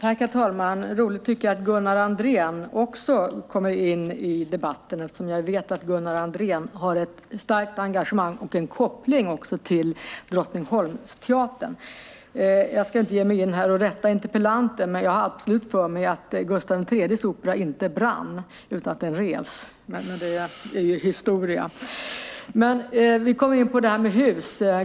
Herr talman! Det är roligt, tycker jag, att Gunnar Andrén också kommer in i debatten, eftersom jag vet att Gunnar Andrén har ett starkt engagemang och också en koppling till Drottningholmsteatern. Jag ska inte ge mig in här och rätta interpellanten, men jag har absolut för mig att Gustav III:s opera inte brann utan att den revs. Men det är historia. Men vi kommer in på det här med hus.